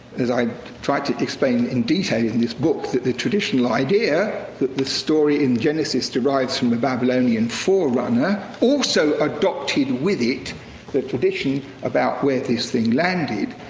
as i try to explain in detail in this book, that the traditional idea, that the story in genesis derives from the babylonian forerunner, also adopted with it the tradition about where this thing landed.